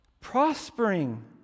prospering